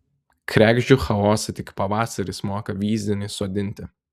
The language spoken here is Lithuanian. kregždžių chaosą tik pavasaris moka vyzdin įsodinti